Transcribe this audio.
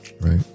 Right